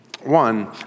One